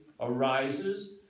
arises